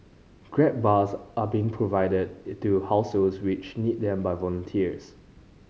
grab bars are being provided to households which need them by volunteers